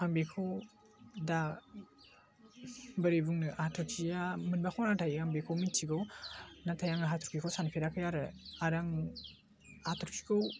आं बेखौ दा बोरै बुंनो हाथरखिया मोनबा खना थायो आं बेखौ मिथिगौ नाथाय आङो हाथरखिखौ सानफेराखै आरो आं हाथरखिखौ